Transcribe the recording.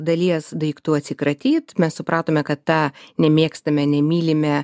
dalies daiktų atsikratyt mes supratome kad tą nemėgstame nemylime